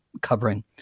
covering